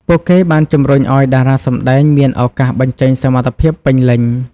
ពួកគេបានជំរុញឱ្យតារាសម្តែងមានឱកាសបញ្ចេញសមត្ថភាពពេញលេញ។